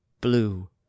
blue